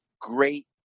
great